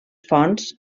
fonts